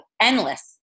endless